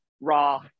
raw